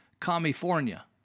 California